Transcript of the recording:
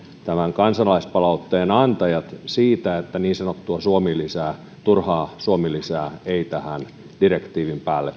tämän kansalaispalautteen antajat siitä että niin sanottua suomi lisää turhaa suomi lisää ei tähän direktiivin päälle